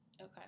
Okay